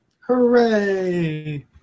Hooray